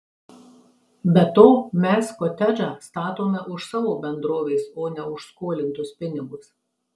be to mes kotedžą statome už savo bendrovės o ne už skolintus pinigus